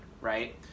right